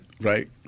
Right